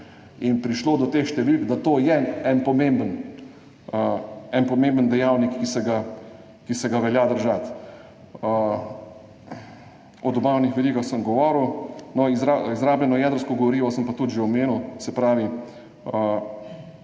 in prišlo do teh številk, je pomemben dejavnik, ki se ga velja držati. O dobavnih verigah sem govoril, izrabljeno jedrsko gorivo sem pa tudi že omenil. Se pravi,